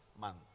month